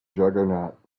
juggernaut